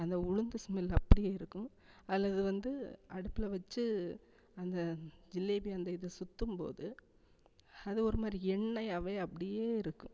அந்த உளுந்து ஸ்மெல் அப்படியே இருக்கும் அதில் இது வந்து அடுப்பில் வெச்சு அந்த ஜிலேபி அந்த இதை சுற்றும்போது அது ஒருமாதிரி எண்ணெயாகவே அப்படியே இருக்கும்